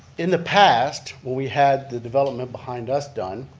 in the past when we had the development behind us done,